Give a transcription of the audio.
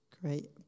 Great